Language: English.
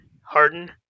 Harden